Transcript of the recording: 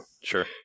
sure